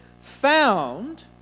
found